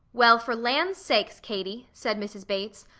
well, for lands sakes, katie, said mrs. bates.